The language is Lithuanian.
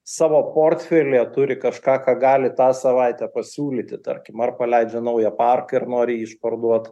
savo portfelyje turi kažką ką gali tą savaitę pasiūlyti tarkim ar paleidžia naują parką ir nori jį išparduot